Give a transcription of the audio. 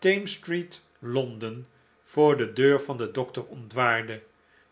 thamesstreet london voor de deur van den dokter ontwaarde